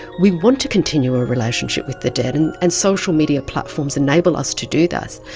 we want to continue a relationship with the dead, and and social media platforms enable us to do this,